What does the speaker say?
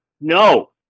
no